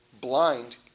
blind